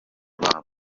babo